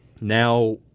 Now